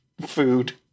food